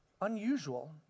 unusual